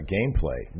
Gameplay